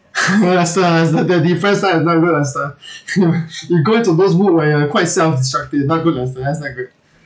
lester lester there are difference type not good lester you go into those mood where you are quite self destructive not good lester that's not good